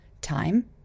Time